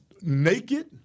naked